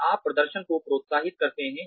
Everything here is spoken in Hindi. फिर आप प्रदर्शन को प्रोत्साहित करते हैं